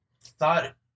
thought